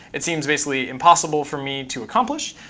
it seems basically impossible for me to accomplish.